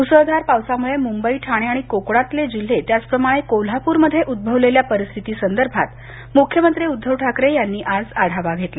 मुसळधार पावसामुळे मुंबई ठाणे कोकणातले जिल्हे त्याचप्रमाणे कोल्हापूरमध्ये उद्भवलेल्या परिस्थिती संदर्भात मुख्यमंत्री उद्भव ठाकरे यांनी आज आढावा घेतला